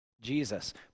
Jesus